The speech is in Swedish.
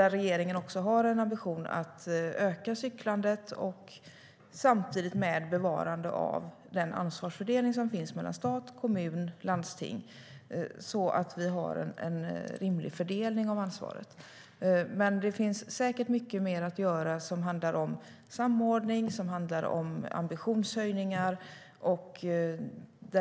Regeringens ambition är att öka cyklandet samtidigt som vi vill bevara den rimliga ansvarsfördelningen mellan stat, kommun och landsting. Det finns säkert mycket mer att göra som handlar om samordning och ambitionshöjning.